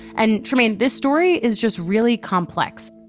and trymaine, this story is just really complex.